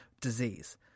disease